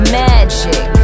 magic